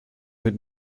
mit